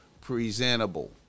presentable